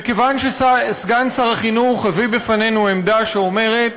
וכיוון שסגן שר החינוך הביא בפנינו עמדה שאומרת